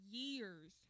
years